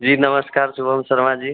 जी नमस्कार शुभम शर्मा जी